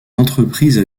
entreprises